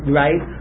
right